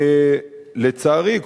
לצערי,